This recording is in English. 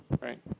right